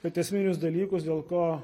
bet esminius dalykus dėl ko